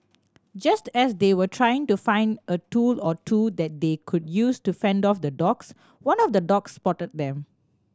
just as they were trying to find a tool or two that they could use to fend off the dogs one of the dogs spotted them